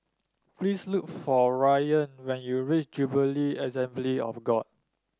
please look for Ryann when you reach Jubilee Assembly of God